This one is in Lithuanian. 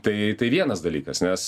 tai tai vienas dalykas nes